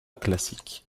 classique